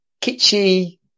kitschy